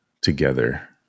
together